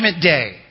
day